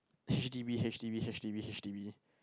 H_D_B H_D_B H_D_B H_D_B